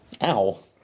Ow